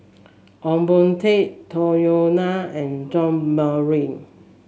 Ong Boon Tat Tung Yue Nang and John Morrice